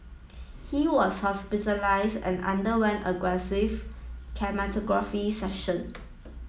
he was hospitalised and underwent aggressive chemotherapy session